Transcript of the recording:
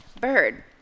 bird